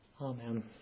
Amen